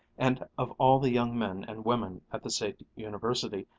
and of all the young men and women at the state university,